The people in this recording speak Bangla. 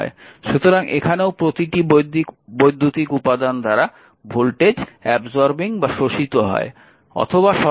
সুতরাং এখানেও প্রতিটি বৈদ্যুতিক উপাদান দ্বারা ভোল্টেজ হয় শোষিত হয় অথবা সরবরাহ করা হয়